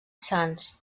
sanç